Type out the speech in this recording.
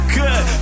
good